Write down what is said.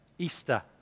Easter